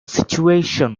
situation